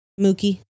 Mookie